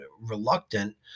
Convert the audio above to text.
reluctant